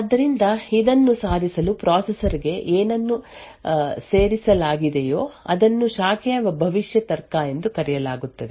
ಆದ್ದರಿಂದ ಇದನ್ನು ಸಾಧಿಸಲು ಪ್ರೊಸೆಸರ್ ಗೆ ಏನನ್ನು ಸೇರಿಸಲಾಗಿದೆಯೋ ಅದನ್ನು ಶಾಖೆಯ ಭವಿಷ್ಯ ತರ್ಕ ಎಂದು ಕರೆಯಲಾಗುತ್ತದೆ